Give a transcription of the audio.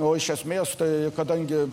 o iš esmės tai kadangi